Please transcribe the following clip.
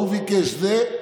ההוא ביקש זה,